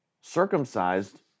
circumcised